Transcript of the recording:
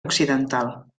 occidental